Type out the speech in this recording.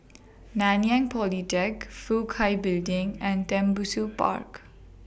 Nanyang Polytechnic Fook Hai Building and Tembusu Park